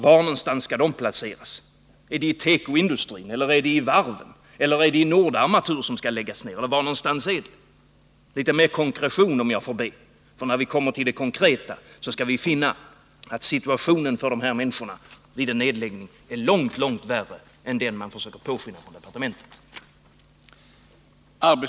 Var någonstans skulle de placeras? Är det i tekoindustrin eller är det i varven? Är det kanske i Nordarmatur, som skall läggas ner? Litet mer konkretion, om jag får be! För när vi kommer till det konkreta, så skall vi finna att situationen för de här människorna vid en nedläggning är långt, långt värre än den man försöker påskina från departementet.